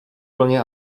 plně